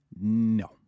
No